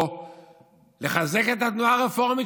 או לחזק את התנועה הרפורמית,